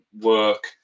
work